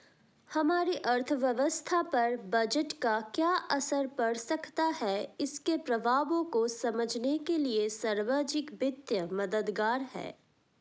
हमारी अर्थव्यवस्था पर बजट का क्या असर पड़ सकता है इसके प्रभावों को समझने के लिए सार्वजिक वित्त मददगार है